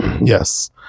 yes